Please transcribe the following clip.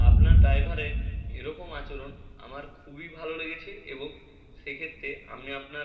আপনার ড্রাইভারের এরকম আচরণ আমার খুবই ভালো লেগেছে এবং সেক্ষেত্রে আমি আপনার